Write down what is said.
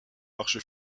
marche